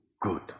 good